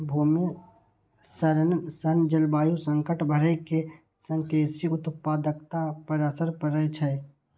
भूमि क्षरण सं जलवायु संकट बढ़ै के संग कृषि उत्पादकता पर असर पड़ै छै